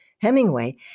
Hemingway